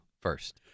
first